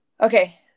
Okay